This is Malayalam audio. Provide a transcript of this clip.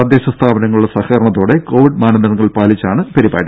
തദ്ദേശ സ്ഥാപനങ്ങളുടെ സഹകരണത്തോടെ കോവിഡ് മാനദണ്ഡങ്ങൾ പാലിച്ച് ആണ് പരിപാടി